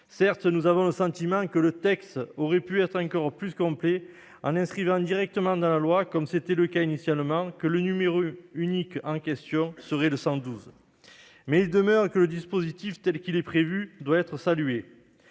Certes, nous avons le sentiment que le texte aurait pu être encore plus complet en prévoyant directement, comme c'était initialement le cas, que le numéro unique en question serait le 112. Il demeure que le dispositif prévu doit être salué.